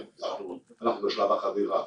אנחנו בשלב החבירה.